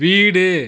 வீடு